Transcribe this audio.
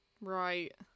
Right